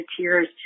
tears